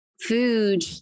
food